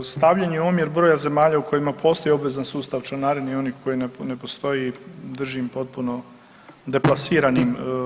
Stavljanje u omjer broja zemalja u kojima postoji obvezan sustav članarine i onih koji ne postoji držim potpuno deplasiranim.